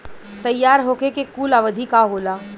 तैयार होखे के कूल अवधि का होला?